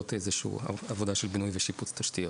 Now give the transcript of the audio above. איזושהי עבודה של בינוי ושיפוץ תשתיות.